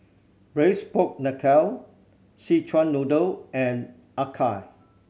Braised Pork Knuckle Szechuan Noodle and acar